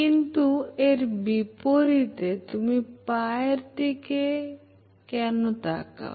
কিন্তু এর বিপরীতে তুমি পায়ের দিকে কেন তাকাও